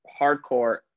hardcore